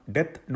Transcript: Death